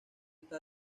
está